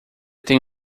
tem